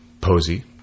Posey